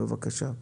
בבקשה.